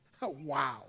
wow